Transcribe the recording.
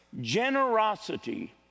Generosity